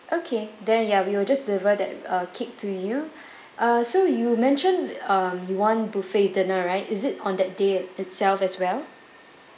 okay then ya we will just deliver that uh cake to you uh so you mentioned um you want buffet dinner right is it on that day it~ itself as well